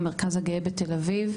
המרכז הגאה בתל אביב.